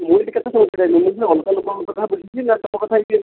ମୁଁ ଏଇଠି କେତେ ସମୟ ଛିଡ଼ା ହେବି ମୁଁ ପୁଣି ଅଲଗା ଲୋକଙ୍କ କଥା ବୁଝିବି ନା ତମ କଥା ଏଇଠି ଏମିତି